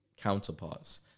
counterparts